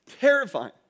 terrifying